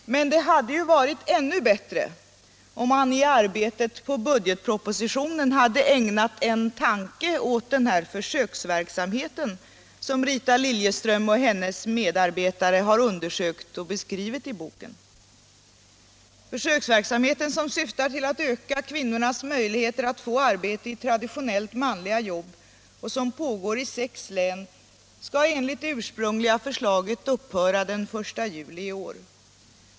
Men det hade ju varit ännu bättre om han i arbetet på budgetpropositionen hade ägnat en tanke åt den försöksverksamhet som Rita Liljeström och hennes medarbetare undersökt och beskrivit i boken. Försöksverksamheten, som syftar till att öka kvinnornas möjlighet att få arbete i traditionellt manliga jobb och som pågår i sex län, skall enligt det ursprungliga försöket upphöra den 1 juli i år.